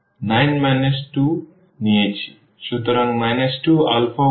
সুতরাং 2 আলফা 1 এর সাথে ছিল